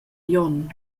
glion